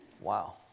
Wow